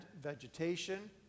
vegetation